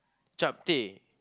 Chapteh